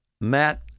Matt